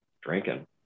drinking